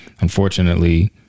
Unfortunately